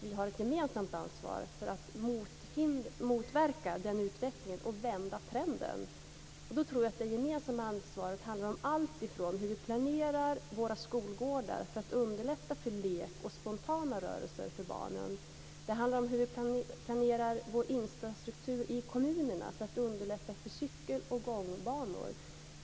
Vi har ett gemensamt ansvar för att motverka den utvecklingen och vända trenden. Det gemensamma ansvaret handlar om allt från hur vi t.ex. planerar våra skolgårdar för att underlätta för lek och spontana rörelser för barnen. Det handlar om hur vi planerar vår infrastruktur i kommunerna för att underlätta byggandet av cykel och gångbanor.